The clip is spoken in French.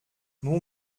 mon